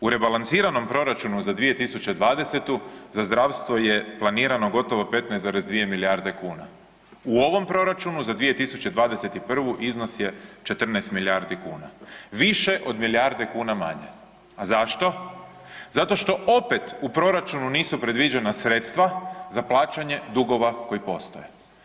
U rebalansiranom proračunu za 2020. za zdravstvo je planirano gotovo 15,2 milijarde kuna, u ovom proračunu za 2021. iznos je 14 milijardi kuna, više od milijarde kuna manje, a zašto, zato što opet u proračunu nisu predviđena sredstva za plaćanje dugova koji postoje.